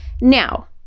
Now